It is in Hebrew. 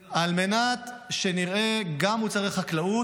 על מנת שנראה גם את החקלאות